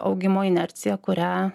augimo inercija kurią